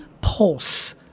pulse